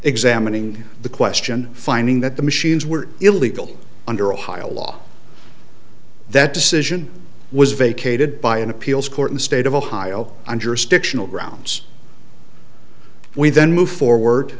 examining the question finding that the machines were illegal under ohio law that decision was vacated by an appeals court in the state of ohio under stiction grounds we then moved forward